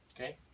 okay